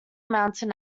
mountain